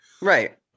Right